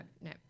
no